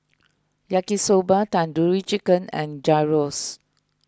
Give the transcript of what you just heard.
Yaki Soba Tandoori Chicken and Gyros